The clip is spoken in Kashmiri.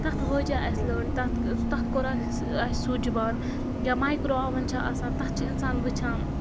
تَتھ وٲجا اَسہِ لٔنٛڈ تَتھ سُہ تَتھ کوٚرا اَسہِ سُچ بنٛد یا مایکرو اوٚوَن چھِ آسان تَتھ چھِ اِنسان وٕچھان